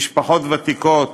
משפחות ותיקות,